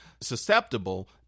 susceptible